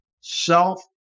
Self